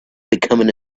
becoming